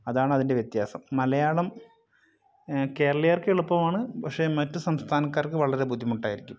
അതാണതിൻ്റെ വ്യത്യാസം മലയാളം കേരളീയർക്ക് എളുപ്പമാണ് പക്ഷെ മറ്റു സംസ്ഥാനക്കാർക്ക് വളരെ ബുദ്ധിമുട്ടായിരിക്കും